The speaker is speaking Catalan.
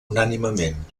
unànimement